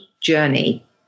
journey